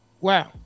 Wow